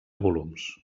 volums